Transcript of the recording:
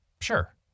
Sure